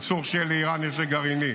אסור שיהיה לאיראן נשק גרעיני.